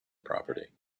property